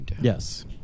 Yes